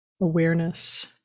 awareness